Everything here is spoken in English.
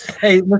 Hey